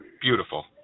Beautiful